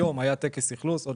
היום יש טקס אכלוס בלוד.